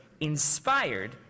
inspired